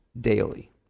daily